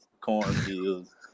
cornfields